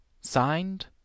Signed